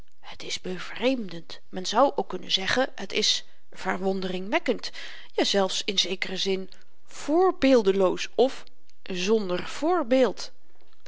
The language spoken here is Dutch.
het is bevreemdend men zou ook kunnen zeggen het is verwonderingwekkend jazelfs in zekeren zin voorbeeldeloos of zonder voorbeeld